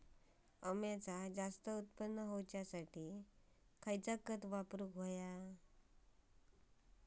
अम्याचा जास्त उत्पन्न होवचासाठी कसला खत वापरू?